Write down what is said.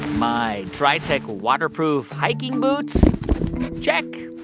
my dri-tec waterproof hiking boots check.